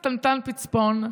קטנטן, פיצפון,